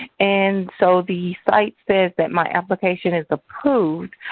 and so the site says that my application is approved,